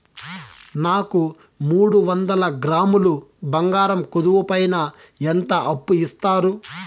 నాకు మూడు వందల గ్రాములు బంగారం కుదువు పైన ఎంత అప్పు ఇస్తారు?